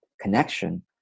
connection